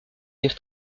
dire